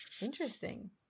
interesting